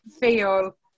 feel